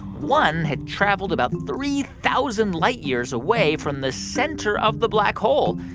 one had traveled about three thousand light years away from the center of the black hole.